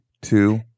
two